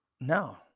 No